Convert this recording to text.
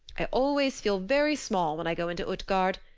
i always feel very small when i go into utgard,